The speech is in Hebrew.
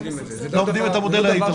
לומדים את המודל האיטלקי.